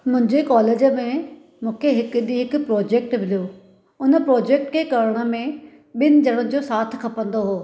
मुंहिंजे कॉलेज में मूंखे हिकु ॾीहुं हिकु प्रोजेकट मिलियो उन प्रोजेक्ट के करण में ॿिनि जणनि जो साथ खपंदो हो